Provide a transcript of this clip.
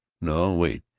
no! wait!